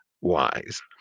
wise